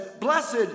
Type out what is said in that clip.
blessed